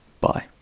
Bye